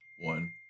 One